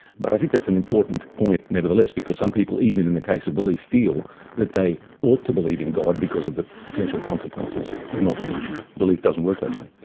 but i think that's an important point nevertheless, because some people, even in the case of belief, feel that they ought to believe in god because of the potential consequences of not believing. belief doesn't work that way.